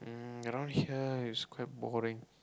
mm around here is quite boring